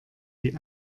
die